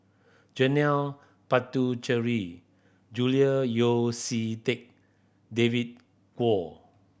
Janil Puthucheary Julian Yeo See Teck David Kwo